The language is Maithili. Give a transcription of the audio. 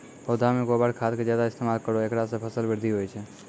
पौधा मे गोबर खाद के ज्यादा इस्तेमाल करौ ऐकरा से फसल बृद्धि होय छै?